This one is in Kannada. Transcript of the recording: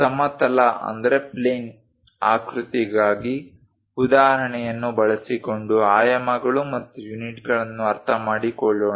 ಸಮತಲ ಆಕೃತಿಗಾಗಿ ಉದಾಹರಣೆಯನ್ನು ಬಳಸಿಕೊಂಡು ಆಯಾಮಗಳು ಮತ್ತು ಯೂನಿಟ್ಗಳನ್ನು ಅರ್ಥಮಾಡಿಕೊಳ್ಳೋಣ